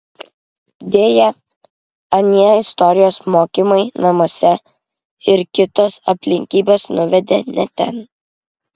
deja anie istorijos mokymai namuose ir kitos aplinkybės nuvedė ne ten